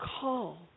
call